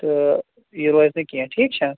تہٕ یہِ روزِ نہٕ کیٚنٛہہ ٹھیٖک چھا